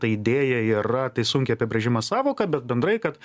ta idėja yra tai sunkiai apibrėžiama sąvoka bet bendrai kad